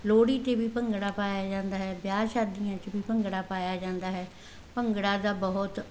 ਲੋਹੜੀ 'ਤੇ ਵੀ ਭੰਗੜਾ ਪਾਇਆ ਜਾਂਦਾ ਹੈ ਵਿਆਹ ਸ਼ਾਦੀਆਂ 'ਚ ਵੀ ਭੰਗੜਾ ਪਾਇਆ ਜਾਂਦਾ ਹੈ ਭੰਗੜਾ ਦਾ ਬਹੁਤ